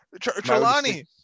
Trelawney